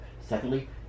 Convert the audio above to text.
Secondly